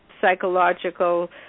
psychological